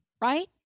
right